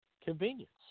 convenience